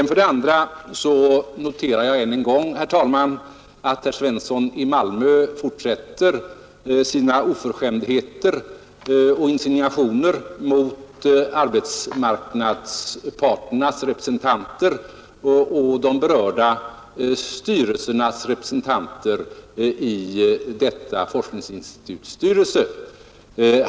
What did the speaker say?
För det andra noterar jag än en gång, herr talman, att herr Svensson fortsätter sina oförskämdheter och insinuationer mot arbetsmarknadsparternas representanter och de berörda styrelsernas representanter i detta forskningsinstituts styrelse.